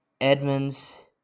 Edmonds